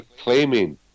claiming